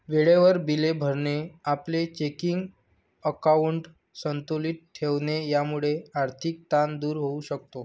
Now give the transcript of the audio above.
वेळेवर बिले भरणे, आपले चेकिंग अकाउंट संतुलित ठेवणे यामुळे आर्थिक ताण दूर होऊ शकतो